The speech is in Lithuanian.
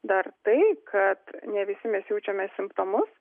dar tai kad ne visi mes jaučiame simptomus